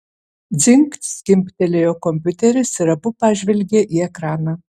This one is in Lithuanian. džingt skimbtelėjo kompiuteris ir abu pažvelgė į ekraną